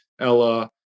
Ella